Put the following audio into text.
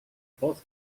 both